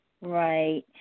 right